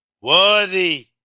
Worthy